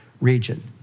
region